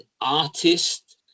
artist